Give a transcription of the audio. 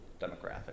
demographic